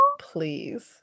Please